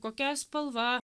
kokia spalva